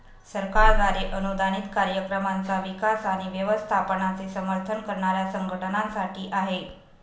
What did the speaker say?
सरकारद्वारे अनुदानित कार्यक्रमांचा विकास आणि व्यवस्थापनाचे समर्थन करणाऱ्या संघटनांसाठी आहे